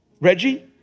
Reggie